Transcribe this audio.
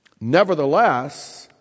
Nevertheless